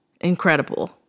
incredible